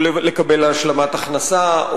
או לקבל השלמת הכנסה.